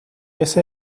ese